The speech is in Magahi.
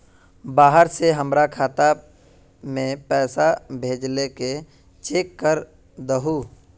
बाहर से हमरा खाता में पैसा भेजलके चेक कर दहु?